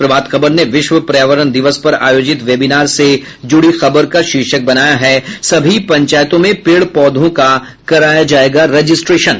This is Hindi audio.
प्रभात खबर ने विश्व पर्यावरण दिवस पर आयोजित वेबिनार से जुड़ी खबर का शीर्षक बनाया है सभी पंचायतों में पेड़ पौधों का कराया जायेगा रजिस्ट्रेशन